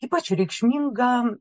ypač reikšminga